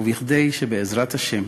וכדי שבעזרת השם